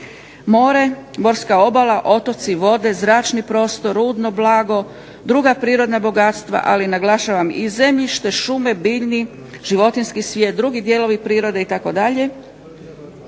More, morska obala, otoci, vode, zračni prostor, rudno blago, druga prirodna bogatstva, ali naglašavam i zemljište, šume, biljni, životinjski svijet, drugi dijelovi prirode itd.